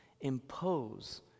impose